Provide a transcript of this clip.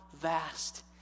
vast